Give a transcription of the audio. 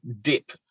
dip